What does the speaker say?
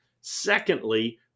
Secondly